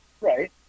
Right